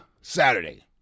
Saturday